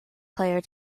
player